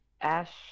ash